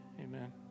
Amen